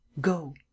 Go